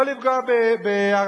לא לפגוע בערבים,